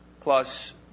plus